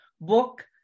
book